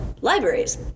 libraries